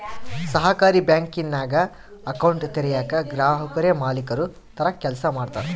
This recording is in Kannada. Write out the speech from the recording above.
ಸಹಕಾರಿ ಬ್ಯಾಂಕಿಂಗ್ನಾಗ ಅಕೌಂಟ್ ತೆರಯೇಕ ಗ್ರಾಹಕುರೇ ಮಾಲೀಕುರ ತರ ಕೆಲ್ಸ ಮಾಡ್ತಾರ